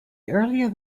earlier